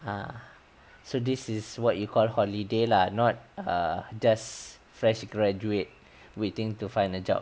ah so this is what you call holiday lah not err just fresh graduate waiting to find a job